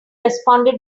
responded